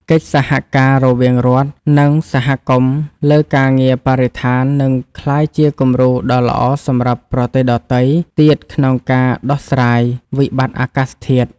កិច្ចសហការរវាងរដ្ឋ និងសហគមន៍លើការងារបរិស្ថាននឹងក្លាយជាគំរូដ៏ល្អសម្រាប់ប្រទេសដទៃទៀតក្នុងការដោះស្រាយវិបត្តិអាកាសធាតុ។